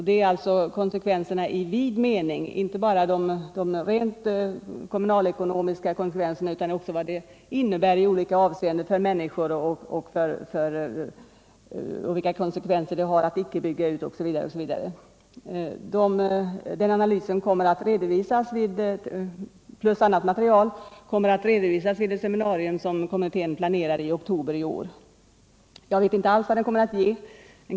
Det gäller då konsekvenserna i vid mening, inte bara de rent kommunalekonomiska konsekvenserna utan vad det i olika avseenden innebär att bygga ut eller inte bygga ut. Den analysen plus annat material kommer att redovisas vid ett seminarium som Jämställdhetskommitten planerar att hålla i oktober i år.